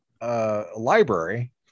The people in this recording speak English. Library